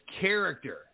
character